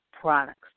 products